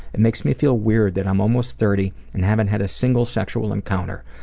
it makes me feel weird that i'm almost thirty and haven't had a single sexual encounter.